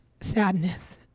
sadness